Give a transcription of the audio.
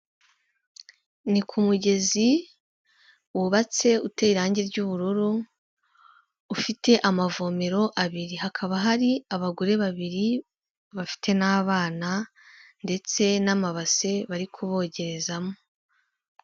Ni ku mugezi wubatse uteye irangi ry'ubururu, ufite amavomero abiri, hakaba hari abagore babiri bafite n'abana, ndetse n'amabase bari kubogerezamo.